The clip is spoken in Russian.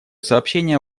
сообщения